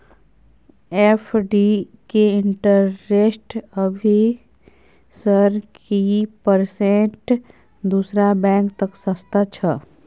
FD के interest अभी sir की परसेंट दूसरा बैंक त सस्ता छः?